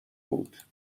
بود